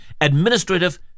administrative